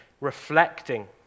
reflecting